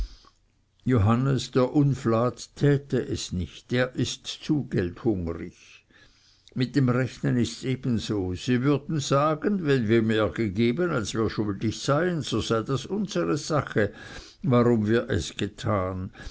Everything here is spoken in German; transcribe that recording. johannes der unflat täte es nicht der ist zu geldhungrig mit dem rechnen ists ebenso sie würden sagen wenn wir mehr gegeben als wir schuldig seien so sei das unsere sache warum wir es getan